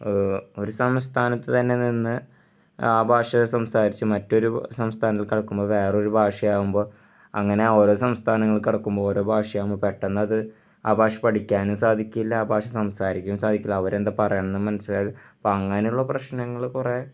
അപ്പോൾ ഒരു സംസ്ഥാനത്ത് തന്നെ നിന്ന് ആ ഭാഷയെ സംസാരിച്ച് മറ്റൊരു സംസ്ഥാനം കടക്കുമ്പോൾ വേറൊരു ഭാഷയാകുമ്പോൾ അങ്ങനെ ഓരോ സംസ്ഥാനങ്ങൾ കടക്കുമ്പോൾ ഓരോ ഭാഷയാകുമ്പോൾ പെട്ടെന്നത് ആ ഭാഷ പഠിക്കാനും സാധിക്കില്ല ആ ഭാഷ സംസാരിക്കാനും സാധിക്കില്ല അവരെന്താ പറയുന്നതെന്നും മനസ്സിലാകില്ല അപ്പം അങ്ങനെയുള്ള പ്രശ്നങ്ങൾ കുറേ